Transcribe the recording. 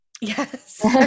Yes